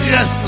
Yes